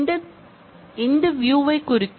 இது இந்தக் வியூயைக் குறிக்கும்